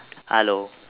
hello